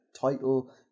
title